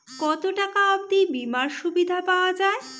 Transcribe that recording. কত টাকা অবধি বিমার সুবিধা পাওয়া য়ায়?